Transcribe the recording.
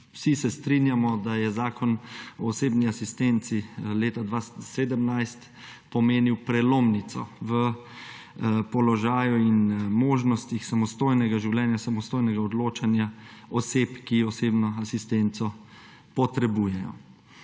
vsi se strinjamo, da je Zakon o osebni asistenci leta 2017 pomenil prelomnico v položaju in možnostih samostojnega življenja, samostojnega odločanja oseb, ki osebno asistenco potrebujejo.